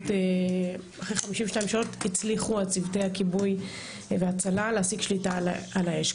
אחרי 52 שעות הצליחו צוותי הכיבוי וההצלה להשיג שליטה על האש.